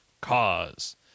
cause